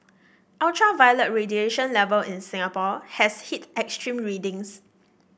ultraviolet radiation level in Singapore has hit extreme readings